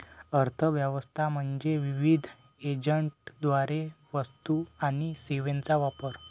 अर्थ व्यवस्था म्हणजे विविध एजंटद्वारे वस्तू आणि सेवांचा वापर